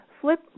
flip